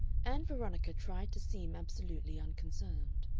ann veronica tried to seem absolutely unconcerned.